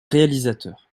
réalisateur